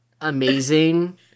amazing